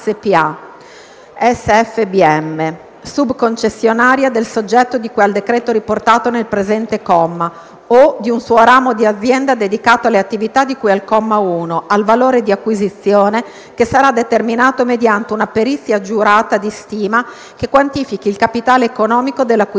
("SFBM") subconcessionaria del soggetto di cui al decreto riportato nel presente comma, o di un suo ramo di azienda dedicato alle attività di cui al comma 1, al valore di acquisizione che sarà determinato mediante una perizia giurata di stima che quantifichi il capitale economico dell'acquisizione.